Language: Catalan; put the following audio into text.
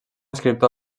escriptor